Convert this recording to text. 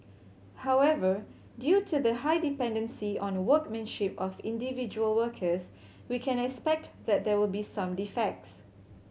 however due to the high dependency on a workmanship of individual workers we can expect that there will be some defects